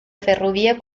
ferrovia